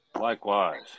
Likewise